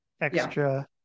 extra